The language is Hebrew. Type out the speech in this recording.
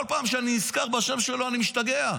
כל פעם שאני נזכר בשם שלו אני משתגע.